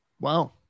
wow